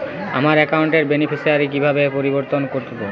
আমার অ্যাকাউন্ট র বেনিফিসিয়ারি কিভাবে পরিবর্তন করবো?